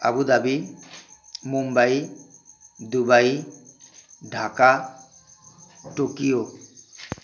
Abu Dhabi Mumbai Dubai Dhaka Tokyo